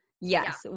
yes